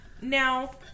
Now